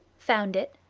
found it,